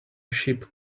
ship